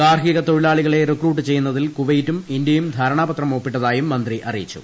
ഗാർഹിക തൊഴിലാളികളെ റിക്രൂട്ട് ചെയ്യുന്നതിൽ കുവൈറ്റും ഇന്തൃയും ധാരണാപത്രം ഒപ്പിട്ടതായും മന്ത്രി അറിയിച്ചു